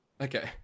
Okay